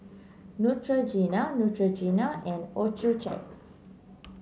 Neutrogena Neutrogena and Accucheck